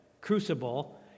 crucible